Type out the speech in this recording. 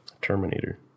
terminator